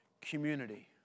community